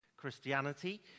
Christianity